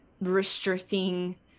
restricting